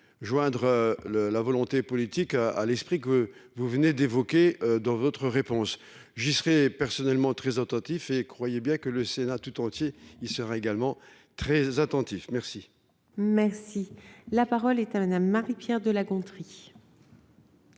joindre la volonté politique à l’esprit que vous venez d’évoquer dans votre réponse. J’y serai personnellement très attentif ; croyez bien que le Sénat tout entier le sera également. La parole est à Mme Marie Pierre de La Gontrie,